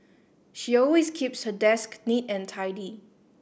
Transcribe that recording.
she always keeps her desk neat and tidy